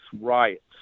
riots